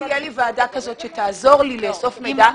לאסוף מידע,